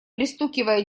пристукивая